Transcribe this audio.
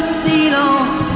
silence